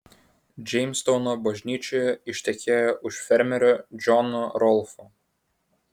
džeimstauno bažnyčioje ištekėjo už fermerio džono rolfo